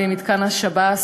במתקן השב"ס,